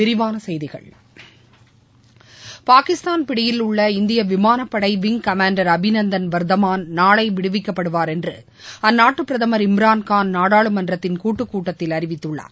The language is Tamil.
விரிவான செய்திகள் பாகிஸ்தானின் பிடியில் உள்ள இந்திய விமானப்படை விங்க் கமாண்டர் அபிநந்தன் வர்தமான் நாளை விடுவிக்கப்படுவார் என்று அந்நாட்டு பிரதமர் இம்ரான்கான் நாடாளுமன்றத்தின் கூட்டுக் கூட்டத்தில் அறிவித்துள்ளார்